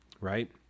right